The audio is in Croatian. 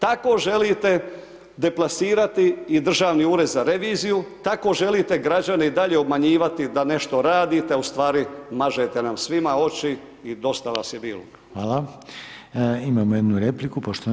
Tako želite deplasirati i Državni ured za reviziju, tako želite građane i dalje obmanjivati da nešto radite, a ustvari, mažete nam svima oči i dosta vas je bilo.